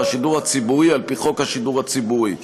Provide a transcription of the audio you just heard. השידור הציבורי על-פי חוק השידור הציבורי.